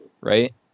right